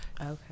Okay